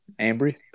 Ambry